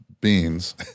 beans